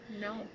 No